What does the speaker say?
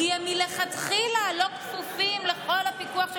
כי הם מלכתחילה לא כפופים לכל הפיקוח של